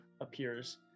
appears